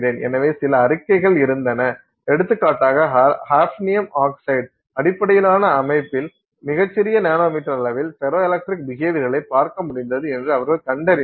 எனவே சில அறிக்கைகள் இருந்தன எடுத்துக்காட்டாக ஹாஃப்னியம் ஆக்சைடு அடிப்படையிலான அமைப்பில் மிகச் சிறிய நானோமீட்டர் அளவில் ஃபெரோ எலக்ட்ரிக் பிஹேவியர்களைக் பார்க்க முடிந்தது என்று அவர்கள் கண்டறிந்தனர்